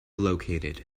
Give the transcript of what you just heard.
located